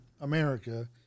America